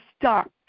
stuck